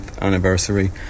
anniversary